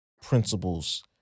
principles